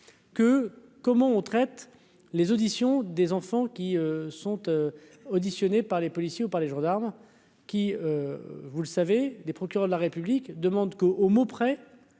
Que comment on traite les auditions des enfants qui sont tu, auditionné par les policiers ou par les gendarmes qui, vous le savez, des procureurs de la République demande qu'au au mot près